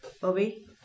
Bobby